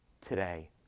today